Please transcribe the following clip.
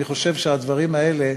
אני חושב שהדברים האלה,